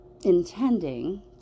intending